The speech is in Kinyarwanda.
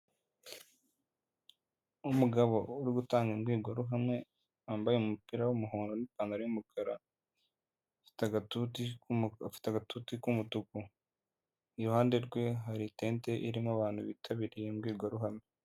Umugabo uri gutanga imbwirwaruhame wambaye umupira w'umuhondo n'ipantaro y'umukara, afite agatuti k'umutuku, iruhande rwe hari itente irimo abantu bitabiriye imbwirwaruhame.